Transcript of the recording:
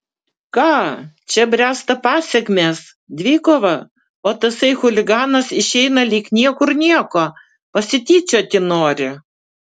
ką čia bręsta pasekmės dvikova o tasai chuliganas išeina lyg niekur nieko pasityčioti nori